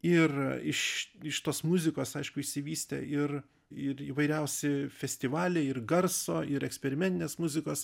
ir iš iš tos muzikos aišku išsivystė ir ir įvairiausi festivaliai ir garso ir eksperimentinės muzikos